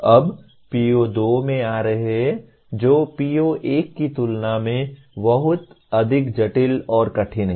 अब PO2 में आ रहे है जो PO1 की तुलना में बहुत अधिक जटिल और कठिन है